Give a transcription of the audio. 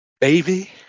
Baby